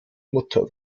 mutter